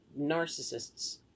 narcissists